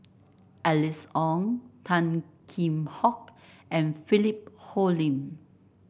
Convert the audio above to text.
Alice Ong Tan Kheam Hock and Philip Hoalim